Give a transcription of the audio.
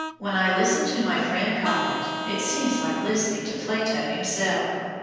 when i listen to my friend colet, it seems like listening to plato himself.